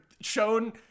shown